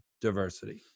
diversity